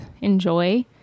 enjoy